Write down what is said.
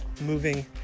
moving